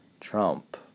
Trump